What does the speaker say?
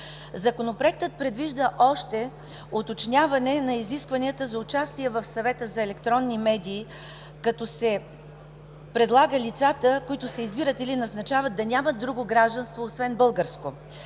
Законопроектът предвижда още уточняване на изискванията за участие в Съвета за електронни медии, като се предлага лицата, които се избират или назначават, да нямат друго гражданство освен българско.